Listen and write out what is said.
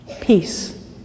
Peace